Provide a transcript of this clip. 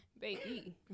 Baby